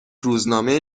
روزنامه